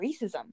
racism